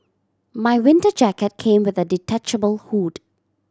my winter jacket came with a detachable hood